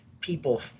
people